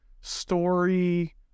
story